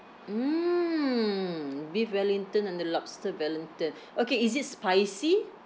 mm beef wellington and the lobster wellington okay is it spicy